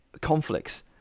conflicts